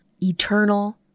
Eternal